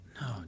No